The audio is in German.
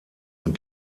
und